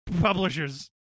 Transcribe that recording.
Publishers